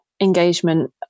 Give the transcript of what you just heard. engagement